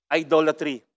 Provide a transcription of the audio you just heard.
idolatry